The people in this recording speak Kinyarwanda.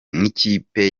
nk’ikipe